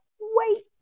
wait